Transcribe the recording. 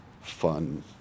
fun